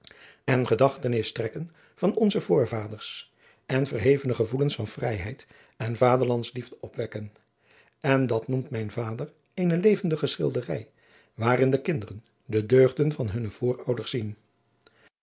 en gedachtenis strekken van onze voorvaders en verhevene gevoelens van vrijheid en vaderlandsliefde opwekken en dat noemt mijn vader eene levendige schilderij waarin de kinderen de deugden van hunne voorouders zien